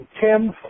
Tim